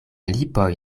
lipoj